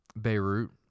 Beirut